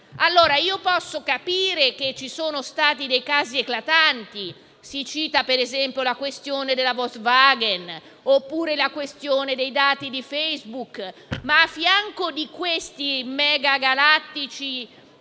posso capire che ci sono stati dei casi eclatanti - si cita, per esempio, la questione della Volkswagen, oppure la questione dei dati di Facebook - ma a fianco delle multinazionali ci